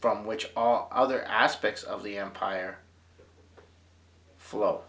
from which all other aspects of the empire follow